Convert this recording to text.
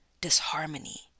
Disharmony